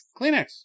Kleenex